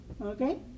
okay